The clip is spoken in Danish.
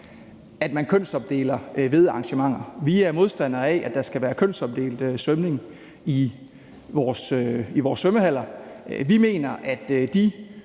at man kønsopdeler ved arrangementer. Vi er modstandere af, at der skal være kønsopdelt svømning i vores svømmehaller. Vi mener, at de